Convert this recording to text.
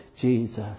Jesus